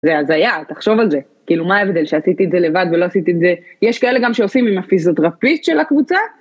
זה הזייה, תחשוב על זה, כאילו מה ההבדל ? שעשיתי את זה לבד ולא עשיתי את זה... יש כאלה גם שעושים עם הפיזיותרפיסט של הקבוצה?